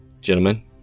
Gentlemen